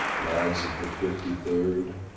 lads of the fifty-third.